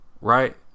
right